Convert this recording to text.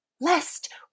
lest